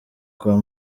kwa